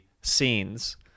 scenes